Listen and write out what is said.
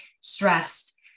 stressed